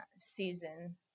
season